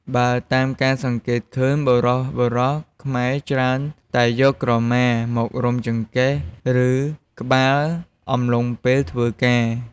បើតាមការសង្កេតឃើញ បុរសៗខ្មែរច្រើនតែយកក្រមាមករុំចង្កេះ ឬ ក្បាលអំឡុងពេលធ្វើការ។